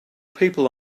people